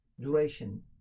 duration